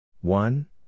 One